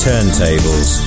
Turntables